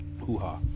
hoo-ha